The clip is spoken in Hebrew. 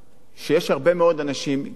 שיש הרבה מאוד אנשים קשישים